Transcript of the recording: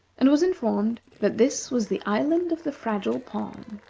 and was informed that this was the island of the fragile palm.